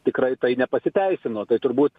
tikrai tai nepasiteisino tai turbūt